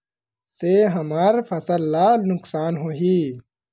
से हमर फसल ला नुकसान होही?